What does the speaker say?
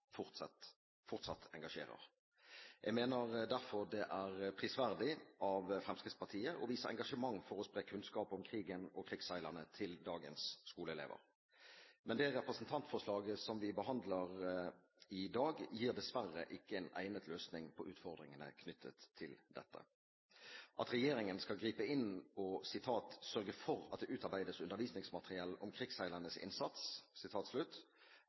fortsatt engasjerer. Jeg mener derfor det er prisverdig av Fremskrittspartiet å vise engasjement for å spre kunnskap om krigen og krigsseilerne til dagens skoleelever. Men det representantforslaget som vi behandler i dag, gir dessverre ikke en egnet løsning på utfordringene knyttet til dette. At regjeringen skal gripe inn og «sørge for at det utarbeides undervisningsmateriell» om krigsseilernes innsats,